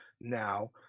now